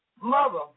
Mother